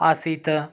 आसीत्